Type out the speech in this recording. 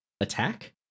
attack